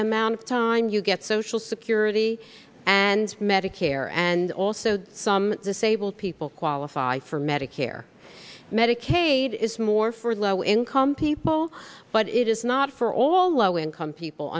amount of time you get social security and medicare and also some disabled people qualify for medicare medicaid is more for low income people but it is not for all low income people